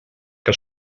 que